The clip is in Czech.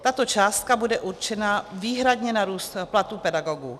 Tato částka bude určena výhradně na růst platů pedagogů.